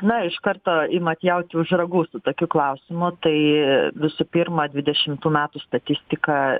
na iš karto imat jautį už ragų su tokiu klausimu tai visų pirma dvidešimtų metų statistika